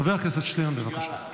חבר הכנסת שטרן, בבקשה.